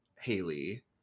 Haley